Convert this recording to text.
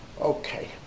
Okay